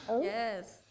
Yes